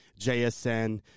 JSN